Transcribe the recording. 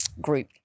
group